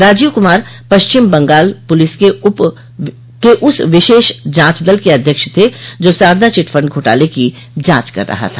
Rajiv Kumar Paschim Bengal police के उस विशेष जांच दल के अध्यक्ष थे जो सारदा चिट फंड घोटाले की जांच कर रहा था